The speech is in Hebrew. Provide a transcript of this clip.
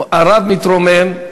הרב מתרומם,